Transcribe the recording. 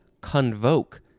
CONVOKE